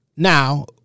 Now